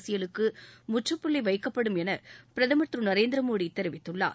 அரசியலுக்கு முற்றுப்புள்ளி வைக்கப்படும் என பிரதமர் திரு நநரேந்திர மோடி தெரிவித்துள்ளார்